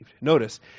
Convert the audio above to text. Notice